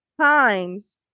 times